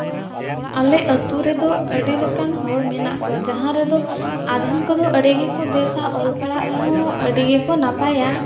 ᱟᱞᱮ ᱟᱹᱛᱩ ᱨᱮᱫᱚ ᱟᱹᱰᱤ ᱞᱮᱠᱟᱱ ᱦᱚᱲ ᱢᱮᱱᱟᱜ ᱠᱚᱣᱟ ᱡᱟᱦᱟᱸ ᱨᱮᱫᱚ ᱟᱫᱷᱮᱱ ᱠᱚᱫᱚ ᱟᱹᱰᱤ ᱜᱮᱠᱚ ᱵᱮᱥᱟ ᱚᱞ ᱯᱟᱲᱦᱟᱜ ᱨᱮᱦᱚᱸ ᱟᱹᱰᱤ ᱜᱮᱠᱚ ᱱᱟᱯᱟᱭᱟ